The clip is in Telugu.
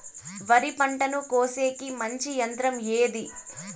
వరి పంటను కోసేకి మంచి యంత్రం ఏది?